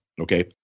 Okay